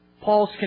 Paul's